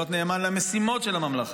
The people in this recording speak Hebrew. להיות נאמן למשימות של הממלכה.